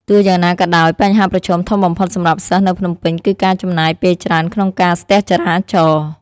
ទោះយ៉ាងណាក៏ដោយ បញ្ហាប្រឈមធំបំផុតសម្រាប់សិស្សនៅភ្នំពេញគឺការចំណាយពេលច្រើនក្នុងការស្ទះចរាចរណ៍។